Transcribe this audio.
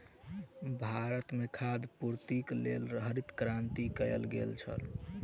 भारत में खाद्य पूर्तिक लेल हरित क्रांति कयल गेल छल